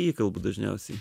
įkalbu dažniausiai